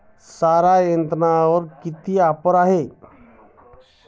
सारा यंत्रावर किती ऑफर आहे?